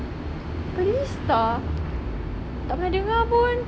pearlista tak pernah dengar pun